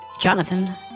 Jonathan